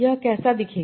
यह कैसा दिखेगा